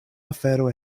afero